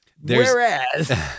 Whereas